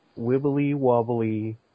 Wibbly-wobbly